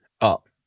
up